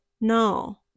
no